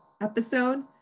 episode